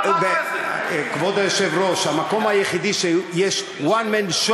כבוד היושב-ראש, המקום היחידי שיש one man show